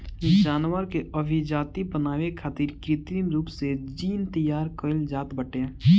जानवर के अभिजाति बनावे खातिर कृत्रिम रूप से जीन तैयार कईल जात बाटे